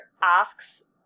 asks